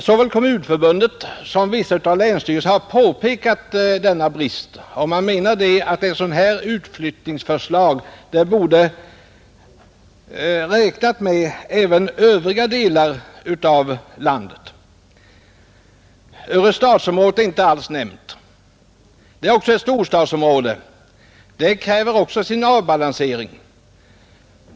Såväl Kommunförbundet som vissa länsstyrelser har påpekat denna brist och menar att man i ett sådant här utflyttningsförslag borde ha räknat med även övriga delar av landet. Örestadsområdet är inte alls nämnt. Det är också ett storstadsområde och kräver avbalansering.